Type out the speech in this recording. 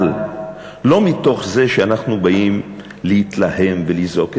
אבל לא מתוך זה שאנחנו באים להתלהם ולזעוק,